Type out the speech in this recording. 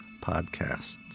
podcasts